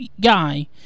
guy